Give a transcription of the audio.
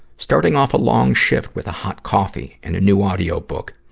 starting off a long shift with a hot coffee and a new audiobook.